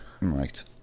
Right